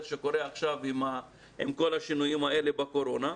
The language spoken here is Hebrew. שקורה עכשיו עם כל השינויים האלה בקורונה,